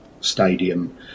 stadium